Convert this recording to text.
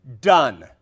done